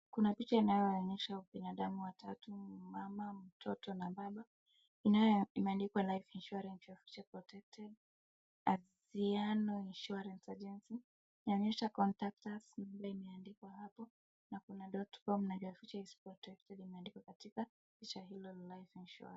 Kuna picha inayoonyesha binadamu watatu, mama, mtoto na baba. Inayo, imeandikwa life insurance, your future protected, aziano insurance agency . Inaonyesha contact us nambari imeandikwa hapo na kuna .com na your future is protected imeandikwa katika picha hilo la life insurance .